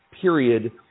period